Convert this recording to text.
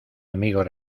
amigos